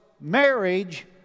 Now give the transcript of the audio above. marriage